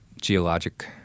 geologic